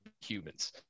humans